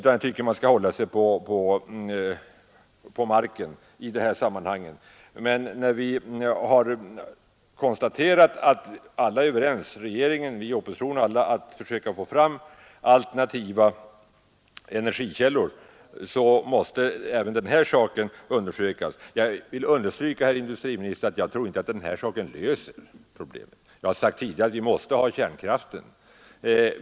Jag tycker man skall hålla sig på marken i dessa sammanhang. Men när nu både regeringen och oppositionen är överens om att försöka skapa alternativa energikällor, så måste även denna möjlighet — alltså mottryckskraftverken — undersökas. Jag vill understryka, herr industriminister, att jag inte tror att vad jag här sagt löser alla problem. Som jag tidigare framhållit måste vi ha kärnkraften.